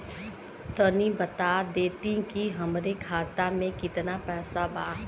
तनि बता देती की हमरे खाता में कितना पैसा बा?